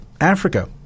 Africa